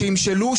שימשלו,